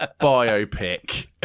biopic